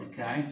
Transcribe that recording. okay